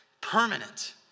permanent